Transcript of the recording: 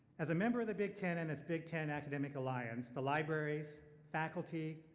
as a member of the big ten and its big ten academic alliance, the libraries, faculty,